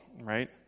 right